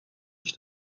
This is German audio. ich